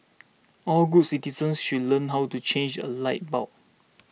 all good citizens should learn how to change a light bulb